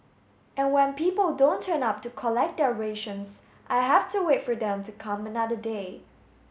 and when people don't turn up to collect their rations I have to wait for them to come another day